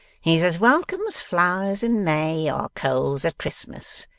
he's as welcome as flowers in may, or coals at christmas.